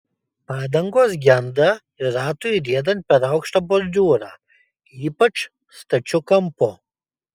padangos genda ir ratui riedant per aukštą bordiūrą ypač stačiu kampu